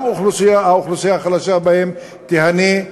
גם האוכלוסייה החלשה בהם תיהנה,